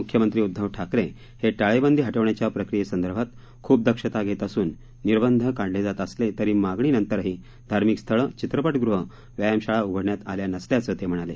मुख्यमंत्री उद्धव ठाकरे हे टाळेंबंदी हटवण्याच्या प्रक्रीयेसंदर्भात खूप दक्षता घेत असून निर्बंध काढले जात असले तरी मागणी नंतरही धार्मिक स्थळं चित्रटगृह व्यायामशाळा उघडण्यात आल्या नसल्याचं ते म्हणाले